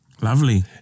Lovely